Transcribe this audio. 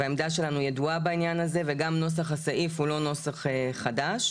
והעמדה שלנו ידועה בעניין הזה וגם נוסח הסעיף הוא לא נוסח חדש.